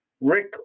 Rick